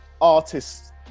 artists